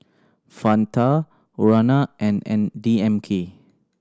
Fanta Urana and N D M K